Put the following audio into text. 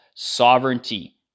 sovereignty